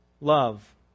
love